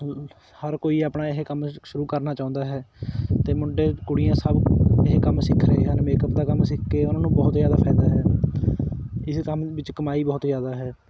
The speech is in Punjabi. ਹਰ ਕੋਈ ਆਪਣਾ ਇਹ ਕੰਮ ਸ਼ੁਰੂ ਕਰਨਾ ਚਾਹੁੰਦਾ ਹੈ ਅਤੇ ਮੁੰਡੇ ਕੁੜੀਆਂ ਸਭ ਇਹ ਕੰਮ ਸਿੱਖ ਰਹੇ ਹਨ ਮੇਕਅਪ ਦਾ ਕੰਮ ਸਿੱਖ ਕੇ ਉਹਨਾਂ ਨੂੰ ਬਹੁਤ ਜ਼ਿਆਦਾ ਫਾਇਦਾ ਹੈ ਇਸ ਕੰਮ ਵਿੱਚ ਕਮਾਈ ਬਹੁਤ ਜ਼ਿਆਦਾ ਹੈ